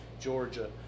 Georgia